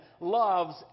loves